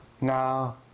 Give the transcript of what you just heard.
Now